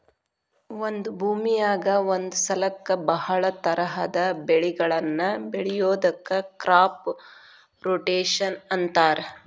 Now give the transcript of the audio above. ಒಂದ ಭೂಮಿಯಾಗ ಒಂದ ಸಲಕ್ಕ ಬಹಳ ತರಹದ ಬೆಳಿಗಳನ್ನ ಬೆಳಿಯೋದಕ್ಕ ಕ್ರಾಪ್ ರೊಟೇಷನ್ ಅಂತಾರ